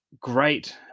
great